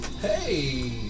Hey